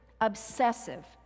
obsessive